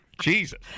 Jesus